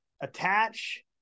attach